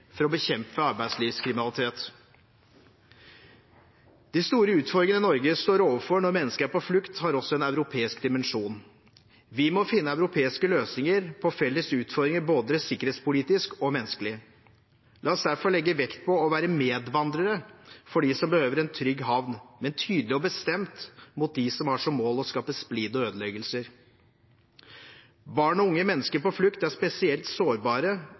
for å bekjempe arbeidslivskriminalitet. De store utfordringene Norge står overfor når mennesker er på flukt, har også en europeisk dimensjon. Vi må finne europeiske løsninger på felles utfordringer, både sikkerhetspolitisk og menneskelig. La oss derfor legge vekt på å være medvandrer for dem som behøver en trygg havn, men tydelig og bestemt mot dem som har som mål å skape splid og ødeleggelser. Barn og unge mennesker på flukt er spesielt sårbare